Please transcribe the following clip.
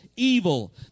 Evil